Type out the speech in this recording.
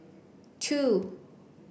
two